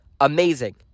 Amazing